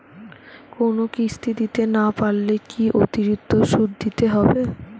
কোনো কিস্তি দিতে না পারলে কি অতিরিক্ত সুদ দিতে হবে?